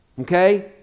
Okay